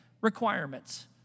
requirements